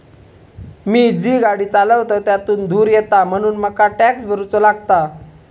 मी जी गाडी चालवतय त्यातुन धुर येता म्हणून मका टॅक्स भरुचो लागता